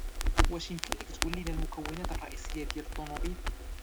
واش يمكن ليك تقولينا المكونات الرئيسية ديال الطونوبيل؟